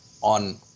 on